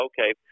okay